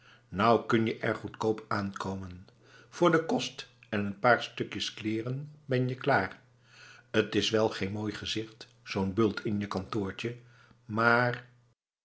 nou kun je er goedkoop aankomen voor den kost en een paar stukjes kleeren ben je klaar t is wel geen mooi gezicht zoo'n bult in je kantoortje maar